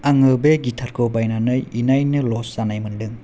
आङो बे गिथारखौ बायनानै इनायनो लस जानाय मोनदों